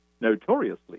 notoriously